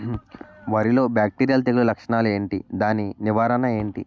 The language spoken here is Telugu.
వరి లో బ్యాక్టీరియల్ తెగులు లక్షణాలు ఏంటి? దాని నివారణ ఏంటి?